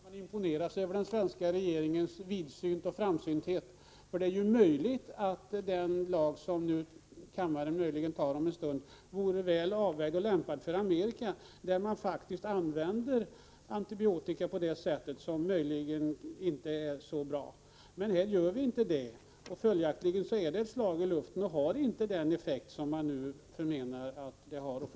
Herr talman! Det är inte utan att man imponeras av den svenska regeringens vidsynthet och framsynthet. Det är ju möjligt att den lag som kammaren förmodligen fattar beslut om senare i dag vore väl avvägd för Amerika, där man använder antibiotika på ett sätt som kanske inte är så bra. Men här använder vi inte antibiotika på ett sådant sätt. Följaktligen är detta ett slag i luften, och ett beslut i denna riktning kommer inte att få den effekt som man har sagt.